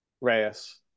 Reyes